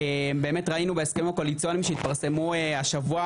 באמת ראינו בהסכמים הקואליציוניים שהתפרסמו השבוע,